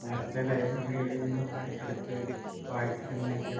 നേരത്തെ ലൈബ്രറികളിൽ നിന്നൊക്കെ എടുത്ത് വായിച്ചിരുന്നെങ്കിലും